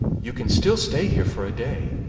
you can still stay here for a day,